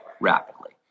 rapidly